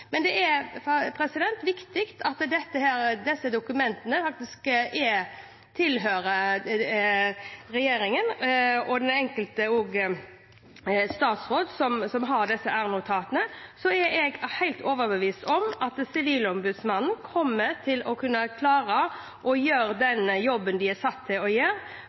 dokumentene faktisk tilhører regjeringen og den enkelte statsråd som har disse r-notatene. Så er jeg helt overbevist om at Sivilombudsmannen kommer til å kunne klare å gjøre den jobben de er satt til å gjøre for å sikre borgernes rettigheter, uten at de har anledning til å få tak i r-notatene og